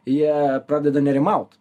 jie pradeda nerimaut